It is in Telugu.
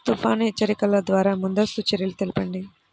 తుఫాను హెచ్చరికల ద్వార ముందస్తు చర్యలు తెలపండి?